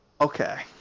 Okay